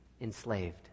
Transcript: enslaved